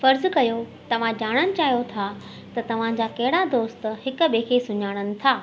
फर्ज़ु कर्यो तव्हां जाणणु चहियो था त तव्हां जा कहिड़ा दोस्त हिक ॿिए खे सुञाणीनि था